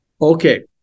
Okay